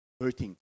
hurting